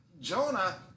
Jonah